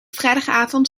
vrijdagavond